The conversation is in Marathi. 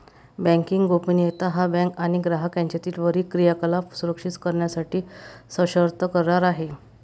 बँकिंग गोपनीयता हा बँक आणि ग्राहक यांच्यातील वरील क्रियाकलाप सुरक्षित करण्यासाठी सशर्त करार आहे